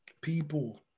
people